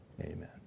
amen